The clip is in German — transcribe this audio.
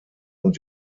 und